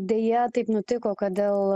deja taip nutiko kad dėl